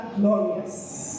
glorious